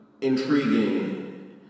intriguing